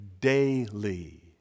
Daily